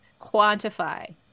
quantify